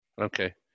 Okay